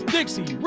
Dixie